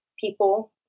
people